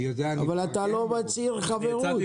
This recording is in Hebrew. אבל אתה לא מצהיר חברות.